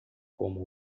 como